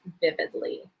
vividly